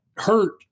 hurt